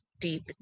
deep